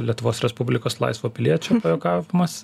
lietuvos respublikos laisvo piliečio pajuokavimas